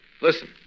Listen